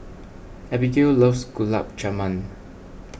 Abigail loves Gulab Jamun